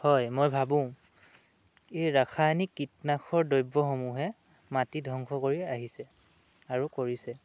হয় মই ভাবোঁ এই ৰাসায়নিক কীটনাশৰ দ্ৰব্যসমূহে মাটি ধ্বংস কৰি আহিছে আৰু কৰিছে